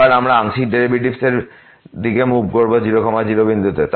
এবার আমরা আংশিক ডেরাইভেটিভস এর দিকে মুভ করবো 0 0 বিন্দুতে